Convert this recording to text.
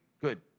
good